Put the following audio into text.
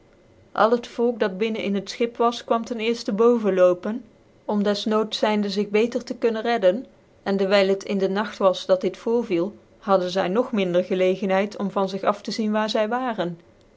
al het volk dat binnen in het schip was kwam ten eerfte gefckiedenis van beter tc kunnen reiden en dewyl het in den nagt was dat dit voorviel hadden zy nog minder gelcgendhcid om van zig af tc zien wiar zy waaren